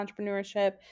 entrepreneurship